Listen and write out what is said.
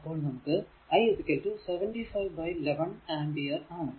അപ്പോൾ നമുക്ക് i 75 by 11 ampere ആണ്